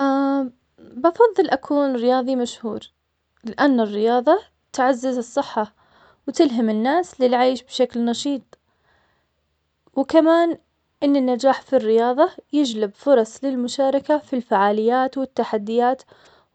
اه بفضل اكون رياظي مشهور. لان الرياضة تعزز الصحة وتلهم الناس للعيش بشكل نشيط. وكمان ان النجاح في الرياظة يجلب فرص للمشاركة في الفعاليات والتحديات.